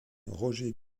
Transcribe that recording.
roger